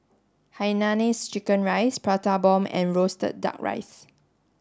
Hainanese chicken rice Prata bomb and roasted duck rice